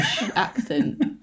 accent